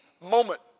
moment